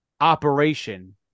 operation